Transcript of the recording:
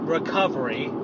Recovery